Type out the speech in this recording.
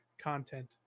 content